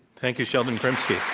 thank you, sheldon krimsky. yeah